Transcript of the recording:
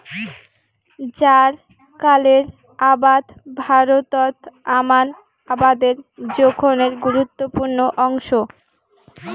জ্বারকালের আবাদ ভারতত আমান আবাদের জোখনের গুরুত্বপূর্ণ অংশ